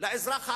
לאזרח הערבי,